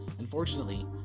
unfortunately